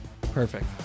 Perfect